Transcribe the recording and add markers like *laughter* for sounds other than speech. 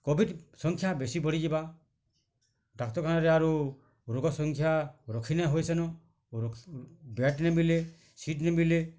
Covid ସଂଖ୍ୟା ବେଶୀ ବଢ଼ିଯିବା ଡାକ୍ତରଖାନାରେ ଆରୁ ରୋଗ ସଂଖ୍ୟା ରଖିନାଇଁ ହୋଇସେନୁ *unintelligible* ବେଟ୍ ନେଇଁ ମିଲେ ସିଟ୍ ନେଇଁ ମିଲେ